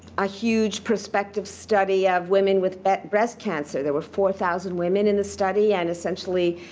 a huge prospective study of women with but breast cancer. there were four thousand women in the study. and essentially,